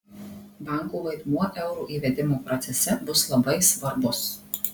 bankų vaidmuo euro įvedimo procese bus labai svarbus